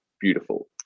beautiful